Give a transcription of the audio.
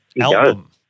album